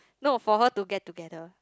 no for her to get together